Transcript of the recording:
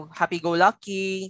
happy-go-lucky